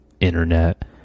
internet